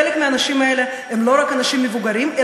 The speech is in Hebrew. חלק מהאנשים האלה הם לא רק אנשים מבוגרים,